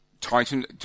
titan